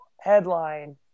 headline